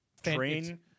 Train